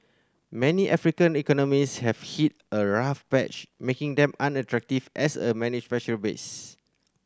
many African economies have hit a rough patch making them unattractive as a manufacturing base